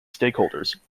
stakeholders